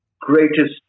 greatest